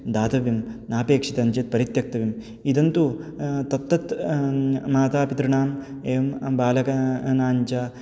दातव्यं नापेक्षितं चेत् परित्यक्तव्यम् इदं तु तत्तत् मातापितॄणाम् एवं बालकां च